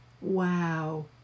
Wow